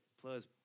Plus